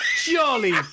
jolly